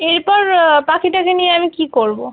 এরপর পাখিটাকে নিয়ে আমি কী করব